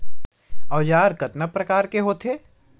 औजार कतना प्रकार के होथे?